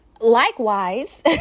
Likewise